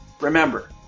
remember